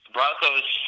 Broncos